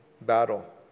battle